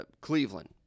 cleveland